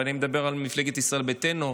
ואני מדבר על מפלגת ישראל ביתנו,